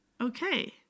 Okay